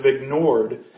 ignored